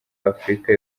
afurika